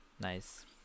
nice